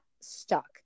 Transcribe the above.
stuck